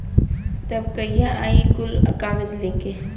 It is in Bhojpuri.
तब कहिया आई कुल कागज़ लेके?